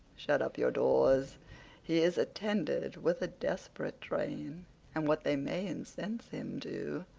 shut up your doors he is attended with a desperate train and what they may incense him to,